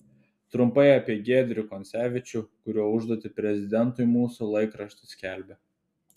trumpai apie giedrių koncevičių kurio užduotį prezidentui mūsų laikraštis skelbia